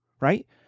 right